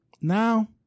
now